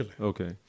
Okay